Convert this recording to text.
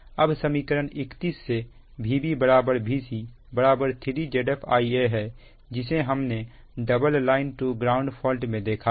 अब समीकरण 31 से Vb Vc 3Zf Ia है जिसे हमने double line to ground fault में देखा था